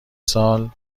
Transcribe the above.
سال